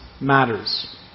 matters